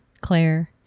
claire